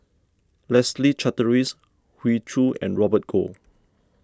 Leslie Charteris Hoey Choo and Robert Goh